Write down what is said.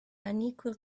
unequal